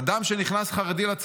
אדם חרדי שנכנס לצבא,